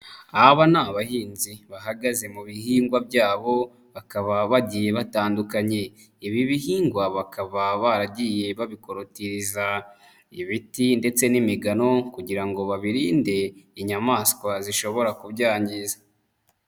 Aba ni abahinzi bahagaze mu bihingwa byabo bakaba bagiye batandukanye. Ibi bihingwa bakaba baragiye babikorotiriza ibiti ndetse n'imigano kugira ngo babirinde inyamaswa zishobora kubyangiza.